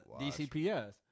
DCPS